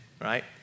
right